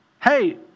hey